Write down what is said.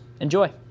Enjoy